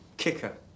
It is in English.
Kicker